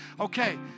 okay